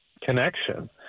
connection